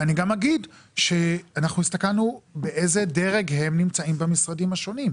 ואני גם אגיד שאנחנו הסתכלנו באיזה דרג הם נמצאים במשרדים השונים.